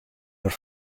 der